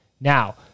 Now